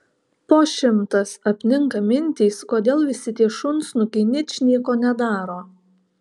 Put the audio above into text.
po šimtas apninka mintys kodėl visi tie šunsnukiai ničnieko ne daro